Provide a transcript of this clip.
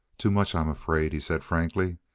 too much, i'm afraid, he said frankly.